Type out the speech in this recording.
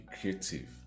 creative